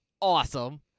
awesome